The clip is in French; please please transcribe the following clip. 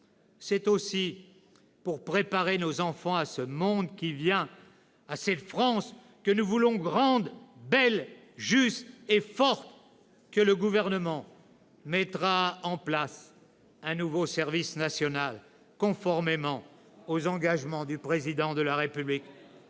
C'est aussi pour préparer nos enfants à ce monde qui vient, à cette France que nous voulons grande et belle, juste et forte, que le Gouvernement mettra en place un nouveau service national, conformément aux engagements du Président de la République.